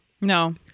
No